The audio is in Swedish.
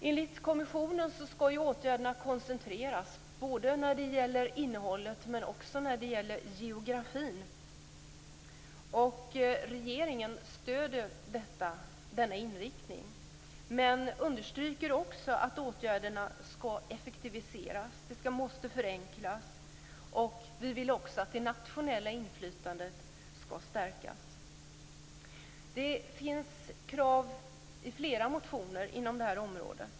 Enligt kommissionen skall åtgärderna koncentreras när det gäller både innehållet och geografin. Regeringen stöder denna inriktning men understryker också att åtgärderna skall effektiviseras och förenklas. Vi vill också att det nationella inflytandet skall stärkas. Det finns krav i flera motioner inom detta område.